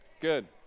Good